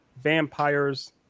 vampires